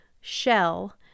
shell